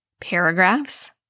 Paragraphs